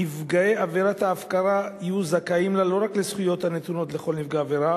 נפגעי עבירת ההפקרה יהיו זכאים לא רק לזכויות הנתונות לכל נפגע עבירה,